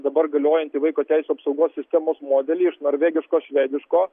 dabar galiojantį vaiko teisių apsaugos sistemos modelį iš norvegiško švediško